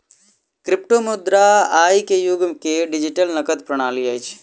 क्रिप्टोमुद्रा आई के युग के डिजिटल नकद प्रणाली अछि